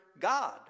God